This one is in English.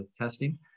testing